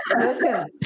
Listen